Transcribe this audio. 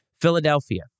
Philadelphia